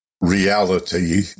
reality